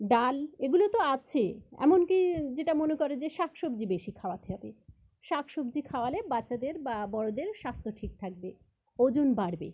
ডাল এগুলো তো আছে এমনকি যেটা মনে করে যে শাক সবজি বেশি খাওয়াতে হবে শাক সবজি খাওয়ালে বাচ্চাদের বা বড়দের স্বাস্থ্য ঠিক থাকবে ওজন বাড়বে